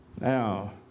Now